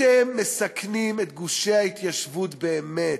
אתם מסכנים את גושי ההתיישבות באמת,